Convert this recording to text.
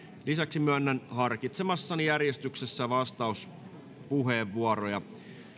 lisäksi myönnän harkitsemassani järjestyksessä vastauspuheenvuoroja